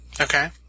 Okay